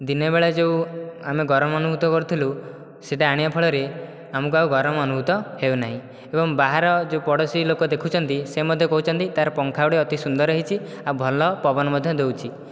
ଦିନବେଳା ଯୋଉଁ ଆମେ ଗରମ ଅନୁଭୂତ କରୁଥୁଲୁ ସେଇଟା ଆଣିବା ଫଳରେ ଆମକୁ ଆଉ ଗରମ ଅନୁଭୂତ ହେଉନାହିଁ ଏବଂ ବାହାର ଯେଉଁ ପଡ଼ୋଶୀ ଲୋକ ଦେଖୁଛନ୍ତି ସେ ମଧ୍ୟ କହୁଛନ୍ତି ତାର ପଙ୍ଖାଗୁଡ଼ିକ ଅତି ସୁନ୍ଦର ହୋଇଛି ଆଉ ଭଲ ପବନ ମଧ୍ୟ ଦେଉଛି